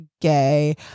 gay